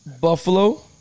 Buffalo